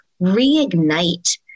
reignite